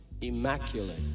immaculate